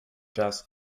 jazz